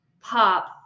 pop